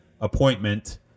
appointment